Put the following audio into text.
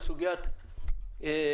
-- תוכנית עבודה לסוגיית מפרצים